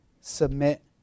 submit